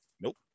Nope